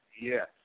Yes